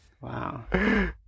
wow